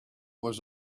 was